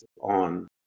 on